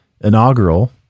inaugural